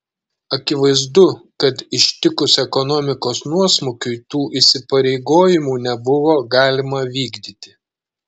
akivaizdu kad ištikus ekonomikos nuosmukiui tų įsipareigojimų nebuvo galima vykdyti